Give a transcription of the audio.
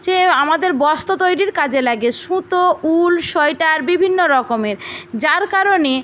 সে আমাদের বস্ত্র তৈরির কাজে লাগে সুতো উল সোয়েটার বিভিন্ন রকমের যার কারণে